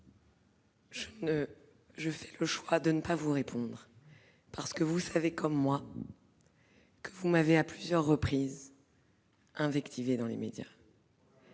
je fais le choix de ne pas vous répondre, parce que, vous le savez aussi bien que moi, vous m'avez à plusieurs reprises invectivée dans les médias.